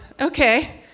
Okay